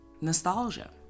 Nostalgia